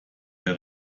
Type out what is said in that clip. der